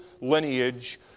lineage